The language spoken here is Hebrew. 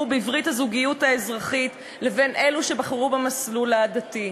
בברית הזוגיות האזרחית לבין אלו שבחרו במסלול הדתי.